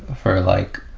for like,